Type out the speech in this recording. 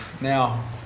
now